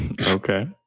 Okay